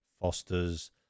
Fosters